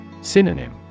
Synonym